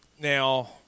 Now